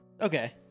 Okay